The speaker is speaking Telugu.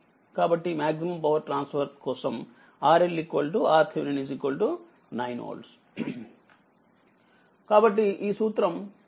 కాబట్టిమాక్సిమం పవర్ ట్రాన్స్ఫర్ కోసం RLRThevenin 9 Ω